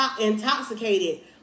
intoxicated